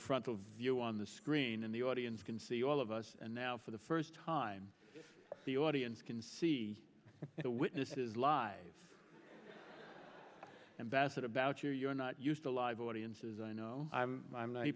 a frontal view on the screen and the audience can see all of us and now for the first time the audience can see the witnesses live in bassett about you you're not used to live audiences i know i'm